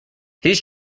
his